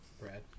Brad